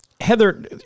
Heather